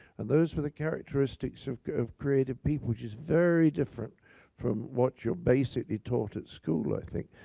and those were the characteristics of of creative people, which is very different from what you're basically taught at school. i think.